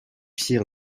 fier